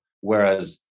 Whereas